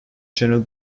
channel